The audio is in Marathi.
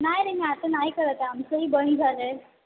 नाही रे मी आता नाहीय करत आहे आमचंही बंद झालं आहे